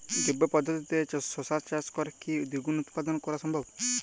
জৈব পদ্ধতিতে শশা চাষ করে কি দ্বিগুণ উৎপাদন করা সম্ভব?